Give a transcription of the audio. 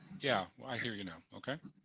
yeah, i hear you now. ok.